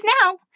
now